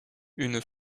une